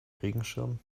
regenschirm